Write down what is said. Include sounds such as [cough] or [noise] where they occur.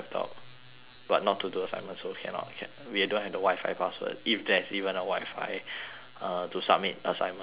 but not to do assignments so cannot can we don't have the wi-fi password if there's even a wi-fi [breath] uh to submit assignments and um